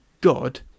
God